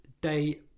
Day